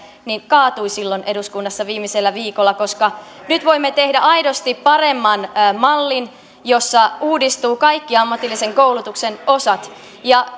kaatui silloin eduskunnassa viimeisellä viikolla koska nyt voimme tehdä aidosti paremman mallin jossa uudistuvat kaikki ammatillisen koulutuksen osat